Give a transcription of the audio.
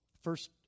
First